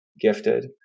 gifted